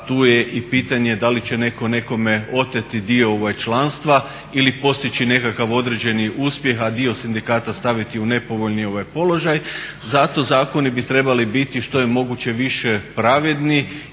tu je i pitanje da li će neko nekome oteti dio članstva ili postići nekakav određeni uspjeh a dio sindikata staviti u nepovoljni položaj. Zato zakoni bi trebali biti što je moguće više pravedni